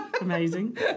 Amazing